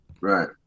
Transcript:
right